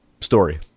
story